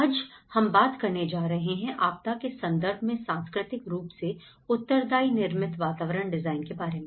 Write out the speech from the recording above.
आज हम बात करने जा रहे हैं आपदा के संदर्भ में सांस्कृतिक रूप से उत्तरदायी निर्मित वातावरण डिजाइन के बारे में